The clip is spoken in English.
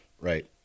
Right